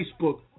Facebook